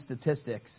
statistics